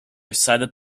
cited